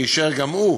שאישר גם הוא